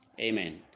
Amen